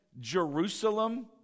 Jerusalem